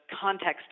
context